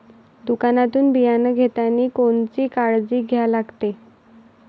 दुकानातून बियानं घेतानी कोनची काळजी घ्या लागते?